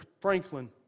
Franklin